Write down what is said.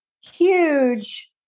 huge